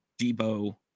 Debo